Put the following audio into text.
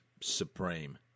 supreme